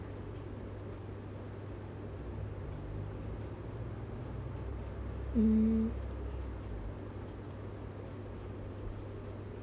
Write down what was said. mm